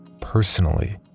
personally